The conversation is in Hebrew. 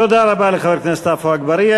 תודה רבה לחבר הכנסת עפו אגבאריה.